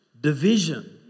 division